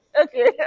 Okay